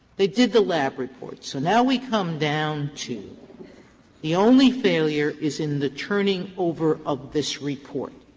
they did the lab reports. so now we come down to the only failure is in the turning over of this report.